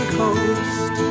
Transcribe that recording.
coast